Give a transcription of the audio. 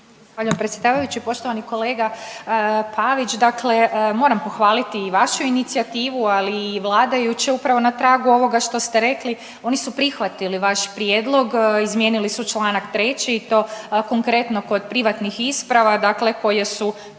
predsjedavajući. Poštovani kolega Pavić, dakle moram pohvaliti i vašu inicijativu, ali i vladajuću upravo na tragu ovoga što ste rekli, oni su prihvatili vaš prijedlog, izmijenili su čl. 3. i to konkretno kod privatnih isprava, dakle koje su temelj